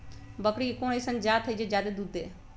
बकरी के कोन अइसन जात हई जे जादे दूध दे?